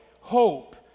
hope